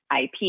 IP